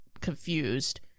confused